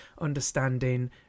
understanding